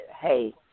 hey